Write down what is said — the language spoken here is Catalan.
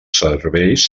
serveis